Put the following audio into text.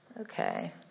Okay